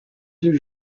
deux